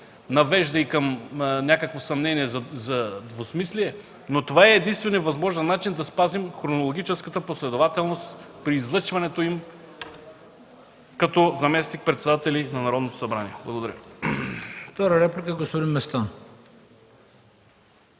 навежда към някакво съмнение за двусмислие, но това е единственият възможен начин да спазим хронологическата последователност при излъчването им като заместник-председатели на Народното събрание. Благодаря. ПРЕДСЕДАТЕЛ ХРИСТО БИСЕРОВ: Втора реплика – господин Местан.